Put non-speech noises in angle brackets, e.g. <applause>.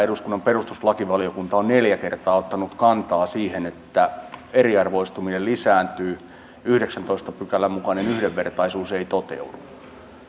<unintelligible> eduskunnan perustuslakivaliokunta on neljä kertaa ottanut kantaa siihen että eriarvoistuminen lisääntyy yhdeksännentoista pykälän mukainen yhdenvertaisuus ei toteudu